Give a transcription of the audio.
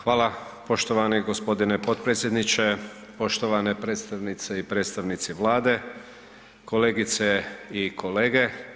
Hvala poštovani g. potpredsjedniče, poštovane predstavnice i predstavnici Vlade, kolegice i kolege.